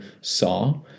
saw